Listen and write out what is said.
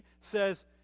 says